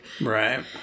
right